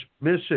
missing